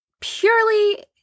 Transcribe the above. purely